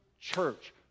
church